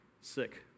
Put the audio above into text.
sick